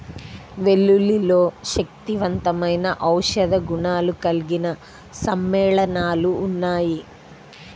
వెల్లుల్లిలో శక్తివంతమైన ఔషధ గుణాలు కలిగిన సమ్మేళనాలు ఉన్నాయి